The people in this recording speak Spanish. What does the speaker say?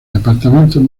departamentos